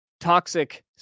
toxic